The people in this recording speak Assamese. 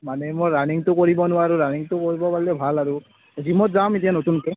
মানে মই ৰানিংটো কৰিব নোৱাৰো ৰানিংটো কৰিব পাৰিলে ভাল আৰু জীমত যাম এতিয়া নতুনকৈ